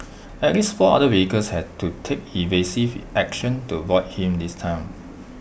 at least four other vehicles had to take evasive action to avoid him this time